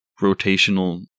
rotational